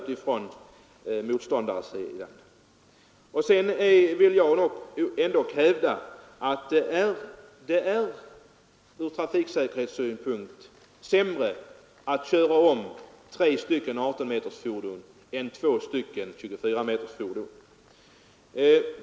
Vidare vill jag hävda att det ur trafiksäkerhetssynpunkt är värre att köra om tre 18-metersfordon än två 24-metersfordon.